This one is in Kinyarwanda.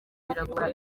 biragora